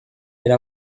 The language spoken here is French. elle